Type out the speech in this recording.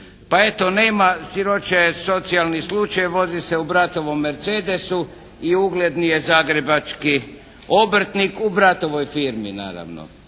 pa eto nema, siroče je socijalni slučaj. Vozi se u bratovom Mercedesu i ugledni je zagrebački obrtnik u bratovoj firmi naravno